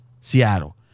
Seattle